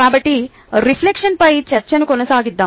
కాబట్టి రిఫ్లెక్షన్పై చర్చను కొనసాగిద్దాం